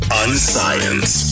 unscience